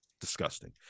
disgusting